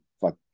fuck